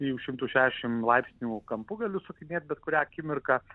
trijų šimtų šešiasdešim laipsnių kampu galiu sukinėt bet kurią akimirką